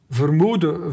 vermoeden